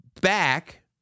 back